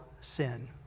sin